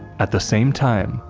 at the same time,